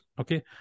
okay